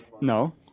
No